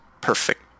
perfect